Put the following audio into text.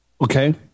okay